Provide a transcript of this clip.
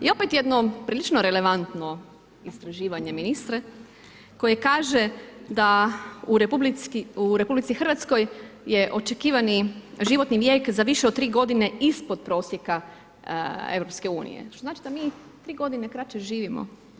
I opet jedno prilično relevantno usluživanje ministre, koji kaže da u RH je očekivani životni vijek za više od 3 g. ispod prosjeka EU, što znači da mi 3 g. kraće živimo.